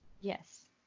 Yes